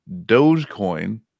Dogecoin